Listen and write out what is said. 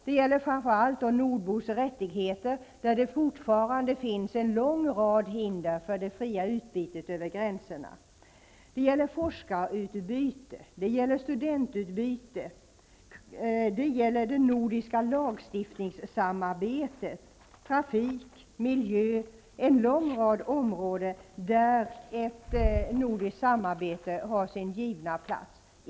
Det gäller då framför allt nordbors rättigheter, där det fortfarande finns en lång rad hinder för det fria utbytet över gränserna. Det gäller forskarutbyte, det gäller studentutbyte, det gäller det nordiska lagstiftningssamarbetet, trafik, miljö, ja, en lång rad områden, där ett nordiskt samarbete har sin givna plats.